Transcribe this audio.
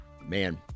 Man